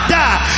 die